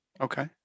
Okay